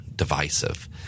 Divisive